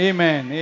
Amen